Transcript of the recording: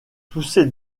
toussez